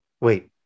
Wait